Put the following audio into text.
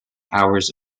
hours